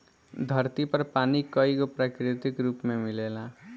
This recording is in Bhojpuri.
धरती पर पानी कईगो प्राकृतिक रूप में मिलेला